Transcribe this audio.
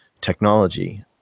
technology